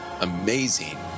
Amazing